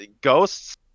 ghosts